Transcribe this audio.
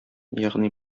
ягъни